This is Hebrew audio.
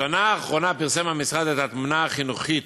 בשנה האחרונה פרסם המשרד את התמונה החינוכית,